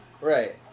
Right